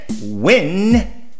win